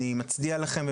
אני מצדיע לכם,